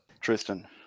Tristan